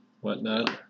whatnot